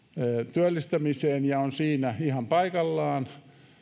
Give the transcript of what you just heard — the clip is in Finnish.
työllistämiseen ja on siinä ihan paikallaan